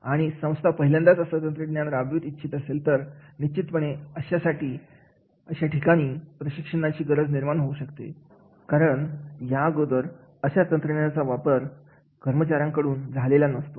आणि संस्था पहिल्यांदाच असं तंत्रज्ञान राबवित इच्छित असेल तर निश्चितपणे अशा ठिकाणी प्रशिक्षणाची गरज निर्माण होऊ शकते कारण या अगोदर अशा तंत्रज्ञानाचा वापर कर्मचाऱ्यांकडून झालेला नसतो